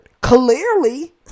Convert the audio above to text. clearly